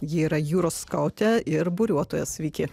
ji yra jūros skautė ir buriuotoja sveiki